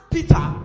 Peter